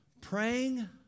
Praying